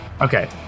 Okay